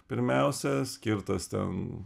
pirmiausia skirtas ten